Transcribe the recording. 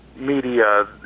media